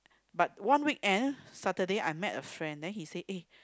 but one weekend Saturday I met a friend then he say eh